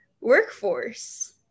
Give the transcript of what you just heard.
workforce